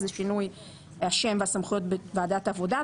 זה שינוי השם והסמכויות בוועדת העבודה.